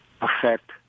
affect